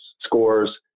scores